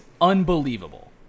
unbelievable